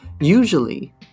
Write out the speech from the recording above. Usually